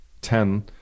ten